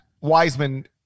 Wiseman